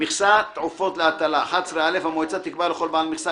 "מכסת עופות להטלה (א)המועצה תקבע לכל בעל מכסה,